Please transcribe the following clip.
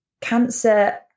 cancer